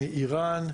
איראן,